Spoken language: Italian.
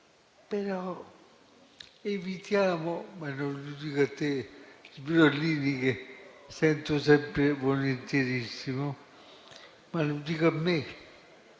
Però evitiamo - non lo dico a lei, Sbrollini, che sento sempre volentierissimo, ma lo dico a me